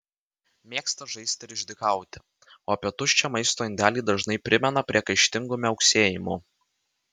mėgsta žaisti ir išdykauti o apie tuščią maisto indelį dažnai primena priekaištingu miauksėjimu